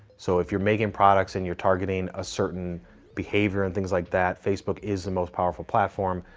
so if you're making products, and you're targeting ah certain behavior and things like that, facebook is the most powerful platform.